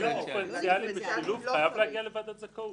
דיפרנציאלי בשילוב חייב להגיע לוועדת זכאות.